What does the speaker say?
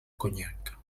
conyac